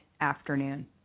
afternoon